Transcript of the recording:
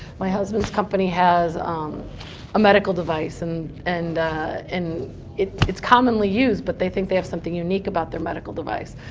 my husband's company has um a medical device and and and it's it's commonly used, but they think they have something unique about their medical device.